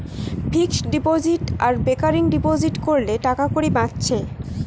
fixed deposit আর recurring deposit কোরলে টাকাকড়ি বাঁচছে